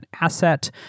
asset